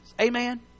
Amen